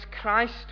Christ